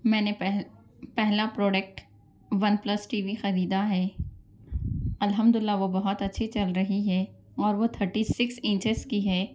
میں نے پہل پہلا product OnePlus TV خریدا ہے الحمدللہ وہ بہت اچھی چل رہی ہے اور وہ تھرٹی سکس انچیز کی ہے